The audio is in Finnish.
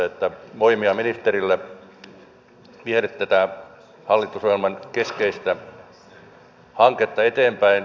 että voimia ministerille viedä tätä hallitusohjelman keskeistä hanketta eteenpäin